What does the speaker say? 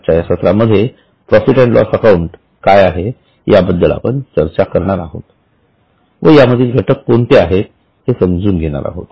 आजच्या या सत्रामध्ये प्रॉफिट अँड लॉस अकाउंट काय आहे याबद्दल आपण चर्चा करणार आहोत व यामधील घटक कोणते आहेत हे समजून घेणार आहोत